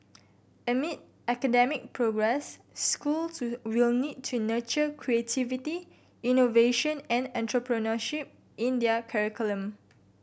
amid academic progress schools will need to nurture creativity innovation and entrepreneurship in their curriculum